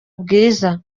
bwiza